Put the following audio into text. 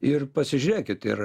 ir pasižiūrėkit ir